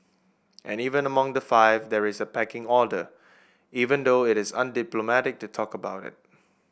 and even among the five there is a pecking order even though it is undiplomatic to talk about it